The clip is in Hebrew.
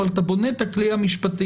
אבל אתה בונה את הכלי המשפטי.